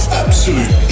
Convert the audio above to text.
absolute